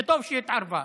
וטוב שהיא התערבה,